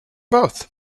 both